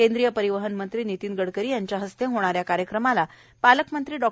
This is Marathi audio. केद्रींय परिवहन मंत्री नितीन गडकरी यांच्या हस्ते होणाऱ्या कार्यक्रमाला पालकमंत्री डॉ